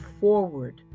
forward